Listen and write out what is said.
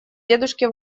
дедушке